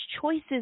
choices